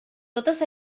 totes